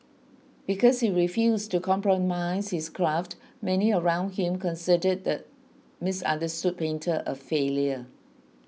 because he refused to compromise his craft many around him considered the misunderstood painter a failure